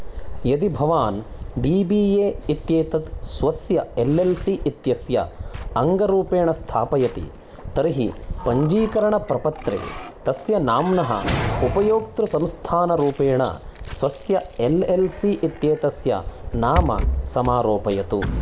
यदि भवान् D B A इत्येतत् स्वस्य एल् एल् सि इत्यस्य अङ्गरूपेण स्थापयति तर्हि पञ्जीकरणप्रपत्रे तस्य नाम्नः उपयोक्तृसंस्थानरूपेण स्वस्य एल् एल् सि इत्येतस्य नाम समारोपयतु